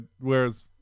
whereas